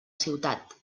ciutat